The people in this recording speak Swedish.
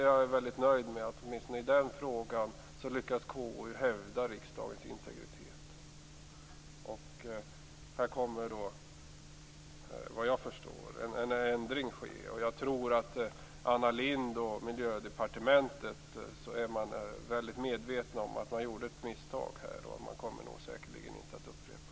Jag är nöjd med att KU i den frågan har hävdat riksdagens integritet. Här kommer en ändring att ske. Jag tror att Anna Lindh och Miljödepartementet är medvetna om att det skedde ett misstag. Det kommer säkerligen inte att upprepas.